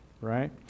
Right